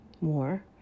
more